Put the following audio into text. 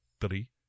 three